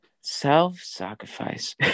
self-sacrifice